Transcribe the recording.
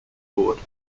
fort